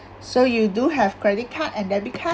so you do have credit card and debit card